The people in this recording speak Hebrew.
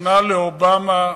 נכנע לאובמה,